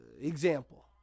example